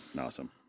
Awesome